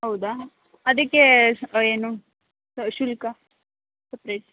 ಹೌದಾ ಅದಕ್ಕೆ ಏನು ಸ ಶುಲ್ಕ ಸಪ್ರೇಟ್